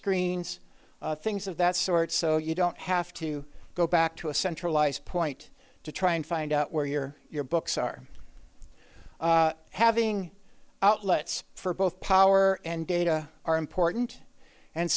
screens things of that sort so you don't have to go back to a centralized point to try and find out where your your books are having outlets for both power and data are important and